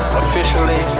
officially